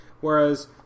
Whereas